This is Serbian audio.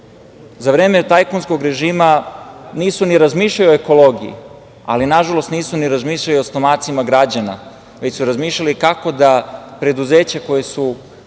vreme tajkunskog režima nisu ni razmišljali o ekologiji, ali nažalost nisu razmišljali ni o stomacima građana, već su razmišljali kako da preduzeća koja su